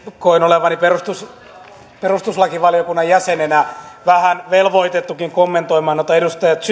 koen olevani perustuslakivaliokunnan jäsenenä vähän velvoitettukin kommentoimaan noita edustaja